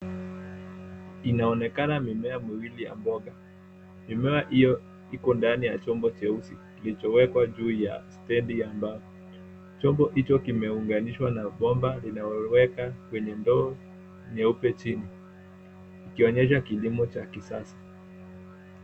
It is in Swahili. Inaonekana mimiea miwili ya mboga. Mimea iyo iko ndani ya chombo cheusi kilichowekwa juu ya stedi ya mbao. Chombo icho kimeunganishwa na bomba linaloweka kwenye ndoo nyeupe chini. Ikionyesha kilimo cha kisasa.